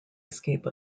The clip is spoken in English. escape